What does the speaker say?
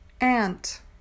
Ant